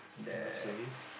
community service